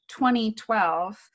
2012